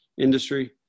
industry